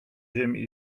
ziemi